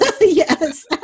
Yes